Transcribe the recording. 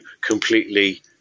completely